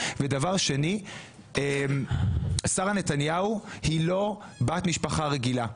דבר שני, שרה נתניהו היא לא בת משפחה רגילה.